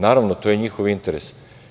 Naravno, to je njihov interes.